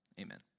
amen